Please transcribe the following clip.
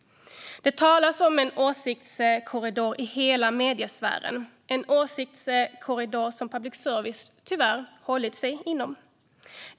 Det talas om en åsiktskorridor i hela mediesfären - en åsiktskorridor som public service tyvärr hållit sig inom.